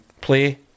play